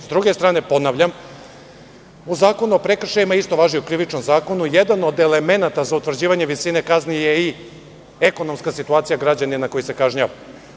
S druge strane, ponavljam, u Zakonu o prekršajima, isto važi za Krivični zakon, jedan od elemenata za utvrđivanje visine kazni je i ekonomska situacija građanina koji se kažnjava.